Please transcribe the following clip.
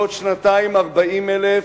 בעוד שנתיים 40,000,